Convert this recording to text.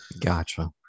gotcha